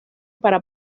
para